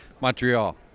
Montreal